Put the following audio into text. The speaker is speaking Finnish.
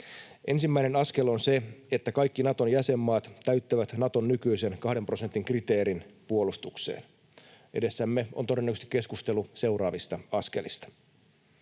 Ensimmäinen askel on se, että kaikki Naton jäsenmaat täyttävät Naton nykyisen kahden prosentin kriteerin puolustukseen. Edessämme on todennäköisesti keskustelu seuraavista askelista.